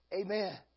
Amen